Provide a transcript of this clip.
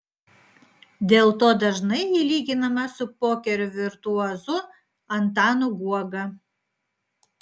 dėl to dažnai ji lyginama su pokerio virtuozu antanu guoga